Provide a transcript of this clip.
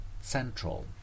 central